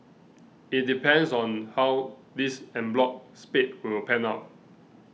it depends on how this en bloc spate will pan out